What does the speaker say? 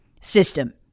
system